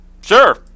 Sure